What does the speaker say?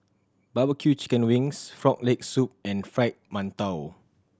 barbecue chicken wings Frog Leg Soup and Fried Mantou